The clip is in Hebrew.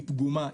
היא פגומה,